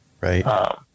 Right